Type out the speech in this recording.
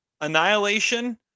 annihilation